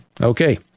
Okay